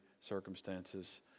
circumstances